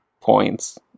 points